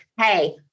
hey